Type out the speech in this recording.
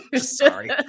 Sorry